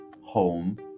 home